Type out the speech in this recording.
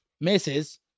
misses